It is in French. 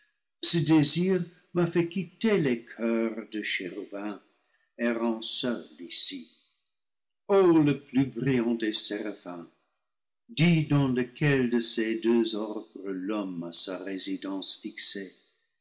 ce désir m'a fait quitter les choeurs de chérubins errant seul ici o le plus brillant des séraphins dis dans lequel de ces deux orbres l'homme a sa résidence fixée